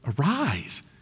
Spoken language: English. Arise